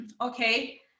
okay